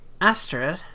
Astrid